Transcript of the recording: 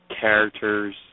characters